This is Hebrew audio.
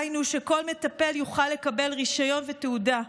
היינו, שכל מטפל יוכל לקבל רישיון ותעודה.